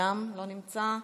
אינו נמצא,